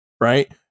Right